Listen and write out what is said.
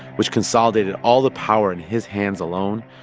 which consolidated all the power in his hands alone,